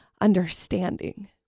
understanding